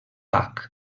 bach